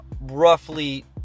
roughly